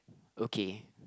okay